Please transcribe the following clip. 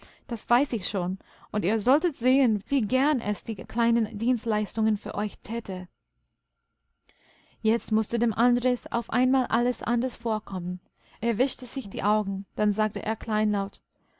das weiß ich schon und ihr solltet sehen wie gern es die kleinen dienstleistungen für euch täte jetzt mußte dem andres auf einmal alles anders vorkommen er wischte sich die augen dann sagte er kleinlaut